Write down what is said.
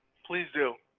please do.